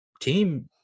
team